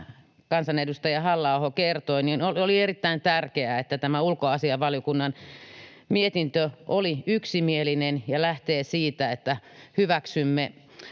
kansanedustaja Halla-aho kertoi, niin oli erittäin tärkeää, että tämä ulkoasiainvaliokunnan mietintö oli yksimielinen ja lähtee siitä, että hyväksymme